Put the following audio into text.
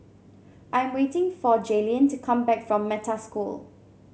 I'm waiting for Jaylyn to come back from Metta School